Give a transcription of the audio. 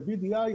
ו-BDI,